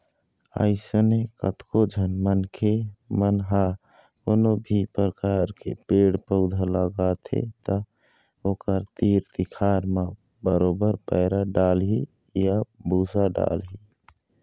अइसने कतको झन मनखे मन ह कोनो भी परकार के पेड़ पउधा लगाथे त ओखर तीर तिखार म बरोबर पैरा डालही या भूसा डालही